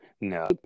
No